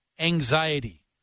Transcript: anxiety